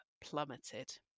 plummeted